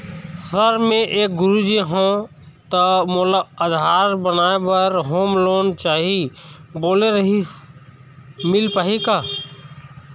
Sir मे एक गुरुजी हंव ता मोला आधार बनाए बर होम लोन चाही बोले रीहिस मील पाही का?